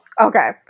okay